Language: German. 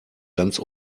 ganz